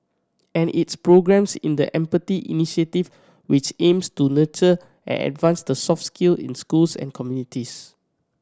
and its programmes in the Empathy Initiative which aims to nurture and advance the soft skill in schools and communities